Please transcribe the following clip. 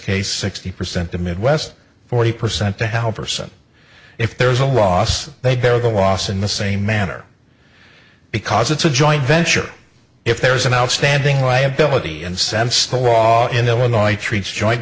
case sixty percent of midwest forty percent to help percent if there is a loss they bear the loss in the same manner because it's a joint venture if there is an outstanding liability and sets the law in illinois treats join